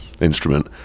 instrument